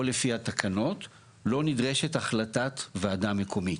או לפי התקנות, לא נדרשת החלטת ועדה מקומית.